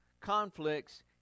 conflicts